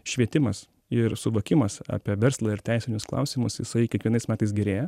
švietimas ir suvokimas apie verslą ir teisinius klausimus jisai kiekvienais metais gerėja